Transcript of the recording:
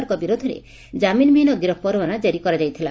ାରଙ୍କ ବିରୋଧରେ ଜାମିନ୍ ବିହନୀ ଗିରଫ୍ ପରଓ୍ୱାନା ଜାରି କରାଯାଇଥିଲେ